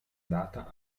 data